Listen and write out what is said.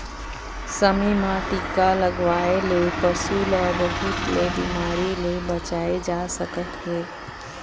समे म टीका लगवाए ले पशु ल बहुत ले बिमारी ले बचाए जा सकत हे